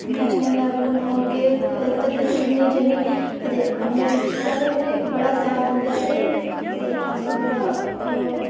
national level तक्कर हून अं'ऊ खेल्लने गी जन्नी ते अरपनी डिस्ट्रिक्ट आह्ले मिगी साथ स बड़ा